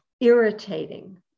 irritating